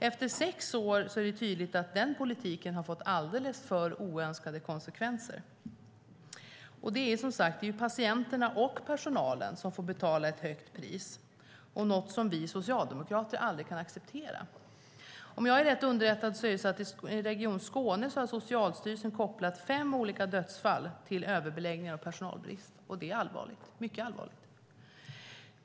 Efter sex år är det tydligt att den politiken har fått alldeles för mycket oönskade konsekvenser. Det är som sagt patienterna och personalen som får betala ett högt pris, något som vi socialdemokrater aldrig kan acceptera. Om jag är rätt underrättad har Socialstyrelsen kopplat fem olika dödsfall i Region Skåne till överbeläggning och personalbrist, vilket är mycket allvarligt.